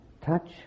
touch